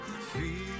Feel